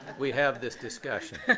we have this discussion.